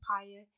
empire